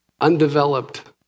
Undeveloped